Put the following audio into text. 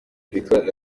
victoire